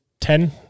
Ten